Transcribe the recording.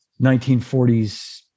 1940s